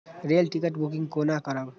Rail ticket booking कोना करब?